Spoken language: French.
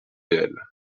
réel